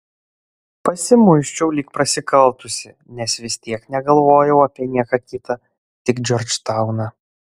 pasimuisčiau lyg prasikaltusi nes vis tiek negalvojau apie nieką kitą tik džordžtauną